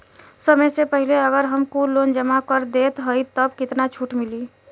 समय से पहिले अगर हम कुल लोन जमा कर देत हई तब कितना छूट मिली?